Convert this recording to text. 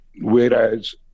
whereas